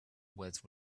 was